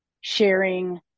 sharing